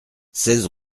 seize